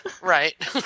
Right